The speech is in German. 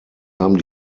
haben